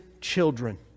children